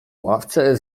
ławce